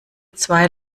zwei